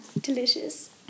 Delicious